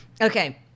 okay